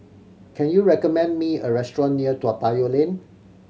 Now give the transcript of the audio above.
can you recommend me a restaurant near Toa Payoh Lane